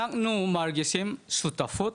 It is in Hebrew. אנחנו מרגישים שותפות,